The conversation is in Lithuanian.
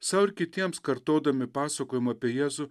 sau ir kitiems kartodami pasakojimą apie jėzų